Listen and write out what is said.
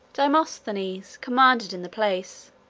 demosthenes commanded in the place,